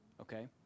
Okay